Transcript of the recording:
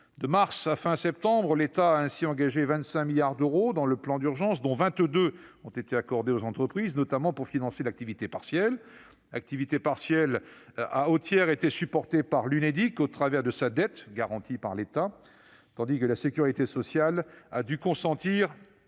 De mars à fin septembre, l'État a ainsi engagé 25 milliards d'euros dans le plan d'urgence, dont 22 ont été accordés aux entreprises, notamment pour financer l'activité partielle. Celle-ci a au tiers été supportée par l'Unédic, par le biais de sa dette garantie par l'État, tandis que la sécurité sociale a dû consentir